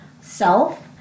self